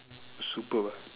super bah